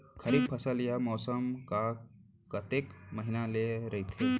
खरीफ फसल या मौसम हा कतेक महिना ले रहिथे?